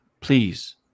please